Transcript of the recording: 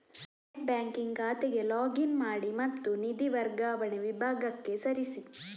net banking ಖಾತೆಗೆ log in ಮಾಡಿ ಮತ್ತು ನಿಧಿ ವರ್ಗಾವಣೆ ವಿಭಾಗಕ್ಕೆ ಸರಿಸಿ